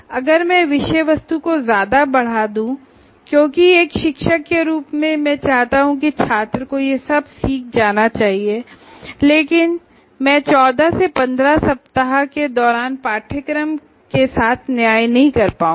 अगर मैं विषय वस्तु को ज्यादा बढ़ा दूं क्योंकि एक शिक्षक के रूप में मैं चाहता हूं की छात्र को यह सब सीख जाना चाहिए तब मैं 14 से 15 सप्ताह के दौरान कोर्स के साथ न्याय नहीं कर पाऊंगा